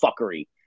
fuckery